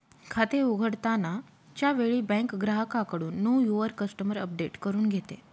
खाते उघडताना च्या वेळी बँक ग्राहकाकडून नो युवर कस्टमर अपडेट करून घेते